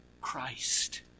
Christ